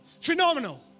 Phenomenal